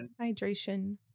Hydration